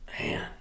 man